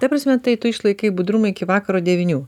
ta prasme tai tu išlaikai budrumą iki vakaro devynių